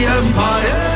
empire